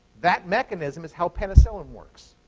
that mechanism is how penicillin works.